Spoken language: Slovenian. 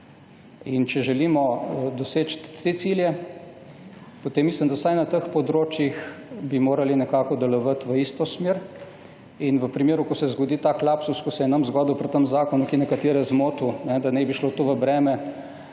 In če želimo doseči te cilje, potem mislim, da vsaj na teh področjih bi morali nekako delovati v isto smer. In v primeru, ko se zgodi tak lapsus, kot se je nam zgodil pri tem zakonu, ki je nekatere zmotil, da naj bi šlo to v